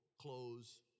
close